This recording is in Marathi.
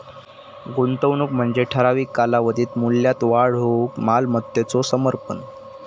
गुंतवणूक म्हणजे ठराविक कालावधीत मूल्यात वाढ होऊक मालमत्तेचो समर्पण